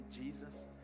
Jesus